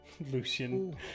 Lucian